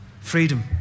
Freedom